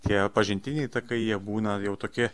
tie pažintiniai takai jie būna jau tokie